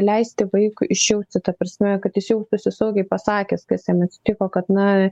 leisti vaikui išjausti ta prasme kad jis jaustųsi saugiai pasakęs kas jam atsitiko kad na